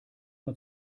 man